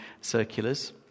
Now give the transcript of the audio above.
circulars